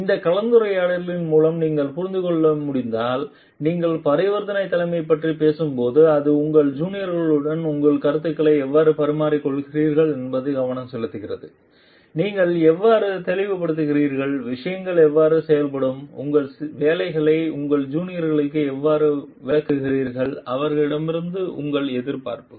இந்த கலந்துரையாடலின் மூலம் நீங்கள் புரிந்து கொள்ள முடிந்தால் நீங்கள் பரிவர்த்தனை தலைமையைப் பற்றி பேசும்போது அது உங்கள் ஜூனியர்களுடன் உங்கள் கருத்துக்களை எவ்வாறு பரிமாறிக்கொள்கிறீர்கள் என்பதில் கவனம் செலுத்துகிறது நீங்கள் எவ்வாறு வெளிப்படுத்துகிறீர்கள் விஷயங்கள் எவ்வாறு செய்யப்படும் உங்கள் வேலைகளை உங்கள் ஜூனியர்களுக்கு எவ்வாறு விளக்குகிறீர்கள் அவர்களிடம் உங்கள் எதிர்பார்ப்புகள்